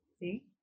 See